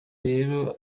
rero